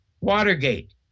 Watergate